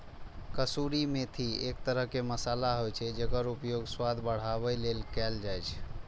कसूरी मेथी एक तरह मसाला होइ छै, जेकर उपयोग स्वाद बढ़ाबै लेल कैल जाइ छै